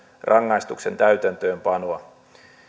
rangaistuksen täytäntöönpanoa